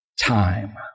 time